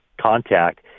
contact